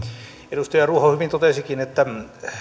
edustaja ruoho hyvin totesikin että